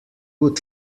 would